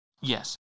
Yes